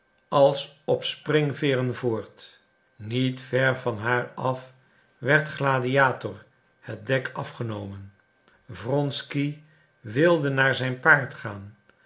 als op springveeren voort niet ver van haar af werd gladiator het dek afgenomen wronsky wilde naar zijn paard gaan